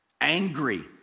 angry